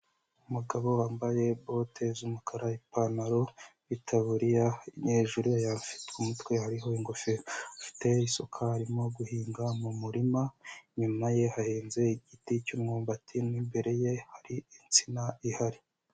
Umugabo wambaye bote z'umukara, ipantaro n'itaburiya, hejuru afite umutwe hariho ingofero, afite isuka arimo guhinga mu murima, inyuma ye hahinze igiti cy'umwumbati n'imbere ye hari insina ihari.